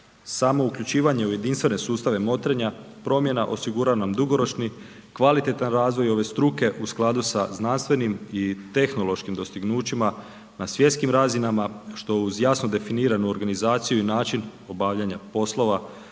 Samo uključivanje u jedinstvene sustave motrenja, promjena osigurava nam dugoročni, kvalitetan razvoj ove struke u skladu sa znanstvenim i tehnološkim dostignućima na svjetskim razinama što uz jasnu definiranu organizaciju i način obavljanja poslove